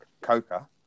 Coca